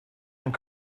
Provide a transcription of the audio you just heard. and